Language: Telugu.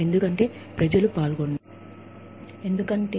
ఎందుకంటే ప్రజలు పాల్గొంటారు